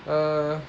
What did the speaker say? uh